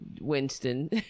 Winston